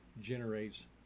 generates